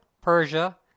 Persia